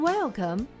Welcome